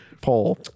poll